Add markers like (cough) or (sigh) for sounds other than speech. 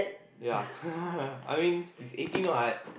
ya (laughs) I mean he's eighteen what